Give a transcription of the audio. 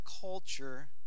culture